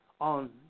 on